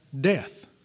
death